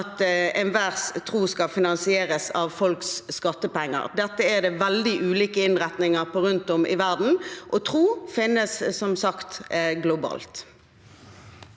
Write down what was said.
at enhver tro skal finansieres av folks skattepenger. Dette er det veldig ulike innretninger på rundt om i verden, og tro finnes som sagt globalt.